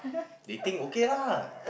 they think okay lah